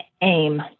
aim